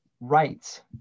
rights